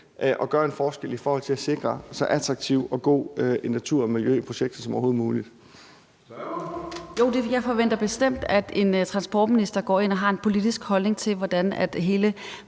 og gøre en forskel i forhold til at sikre så attraktiv og god en natur og så attraktivt og godt et miljø